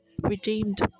redeemed